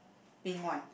pink one